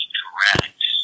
correct